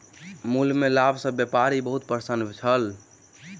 मूल्य में लाभ सॅ व्यापारी बहुत प्रसन्न छल